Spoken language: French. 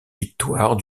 victoires